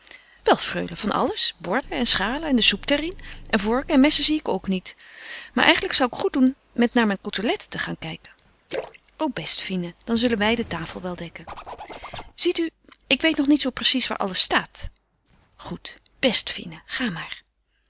wel freule van alles borden en schalen en de soepterrien en vorken en messen zie ik ook niet maar eigenlijk zou ik goed doen met naar mijn coteletten te gaan kijken o best fine dan zullen wij de tafel wel dekken ziet u ik weet nog niet zoo precies waar alles staat goed best fine ga maar